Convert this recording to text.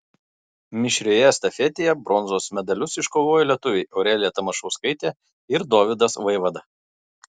mišrioje estafetėje bronzos medalius iškovojo lietuviai aurelija tamašauskaitė ir dovydas vaivada